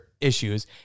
issues